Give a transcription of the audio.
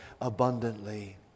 abundantly